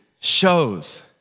shows